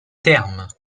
termes